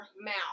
mouth